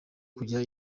kujya